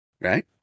right